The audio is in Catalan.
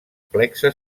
plexe